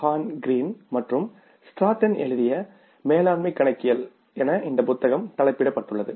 horn green மற்றும் Stratton எழுதிய மேலாண்மை கணக்கியல் என இந்த புத்தகம் தலைப்பிடப்பட்டுள்ளது